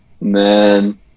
Man